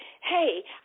hey